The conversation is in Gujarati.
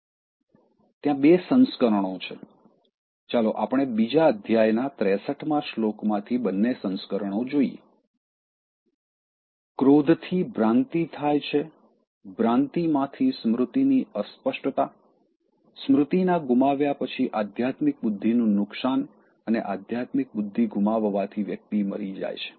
ત્યાં બે સંસ્કરણો છે ચાલો આપણે બીજા અધ્યાય ના 63 મા શ્લોકમાંથી બંને સંસ્કરણો જોઈએ "ક્રોધથી ભ્રાંતિ થાય છે ભ્રાંતિમાંથી સ્મૃતિની અસ્પષ્ટતા સ્મૃતિના ગુમાવ્યા પછી આધ્યાત્મિક બુદ્ધિનુ નુકશાન અને આધ્યાત્મિક બુદ્ધિ ગુમાવવાથી વ્યક્તિ મરી જાય છે